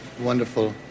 wonderful